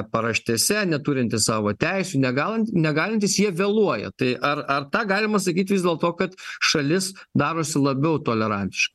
paraštėse neturintys savo teisių negal negalintys jie vėluoja tai ar ar tą galima sakyt vis dėlto kad šalis darosi labiau tolerantišk